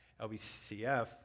LBCF